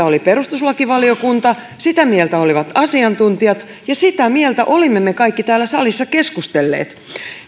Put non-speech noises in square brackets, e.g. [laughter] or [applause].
[unintelligible] oli perustuslakivaliokunta sitä mieltä olivat asiantuntijat ja sitä mieltä olimme me kaikki täällä salissa keskustelleet